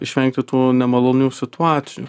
išvengti tų nemalonių situacijų